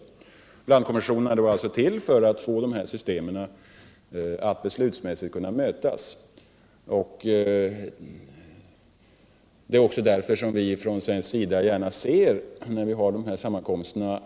Blandkommissionerna är till för att få de olika systemen att beslutsmässigt mötas. Det är också därför som vi på svensk sida gärna ser att affärsfolk deltar vid dessa sammankomster.